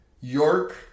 York